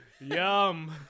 yum